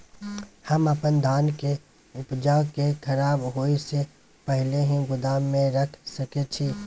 हम अपन धान के उपजा के खराब होय से पहिले ही गोदाम में रख सके छी?